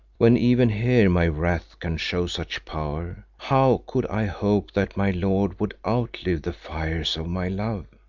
when even here my wrath can show such power, how could i hope that my lord would outlive the fires of my love?